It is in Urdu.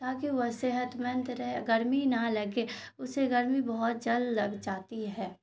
تاکہ وہ صحت مند رہے گرمی نہ لگے اسے گرمی بہت جلد لگ جاتی ہے